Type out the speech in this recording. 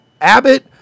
Abbott